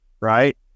right